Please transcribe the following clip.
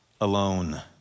alone